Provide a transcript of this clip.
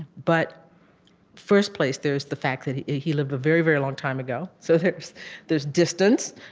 but first place, there's the fact that he he lived a very, very long time ago. so there's there's distance.